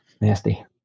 Nasty